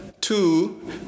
two